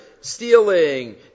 Stealing